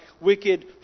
wicked